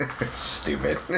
Stupid